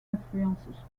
influence